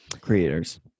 creators